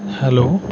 hello